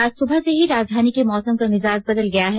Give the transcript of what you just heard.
आज सुबह से ही राजधानी के मौसम का मिजाज बदल गया है